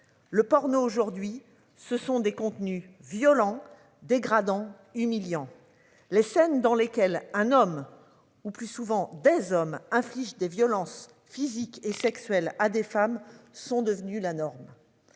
Le porno aujourd'hui ce sont des contenus violents et dégradants humiliants. Les scènes dans lesquelles un homme ou plus souvent des hommes infligent des violences physiques et sexuelles à des femmes sont devenus la norme.